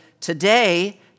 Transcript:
today